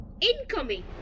Incoming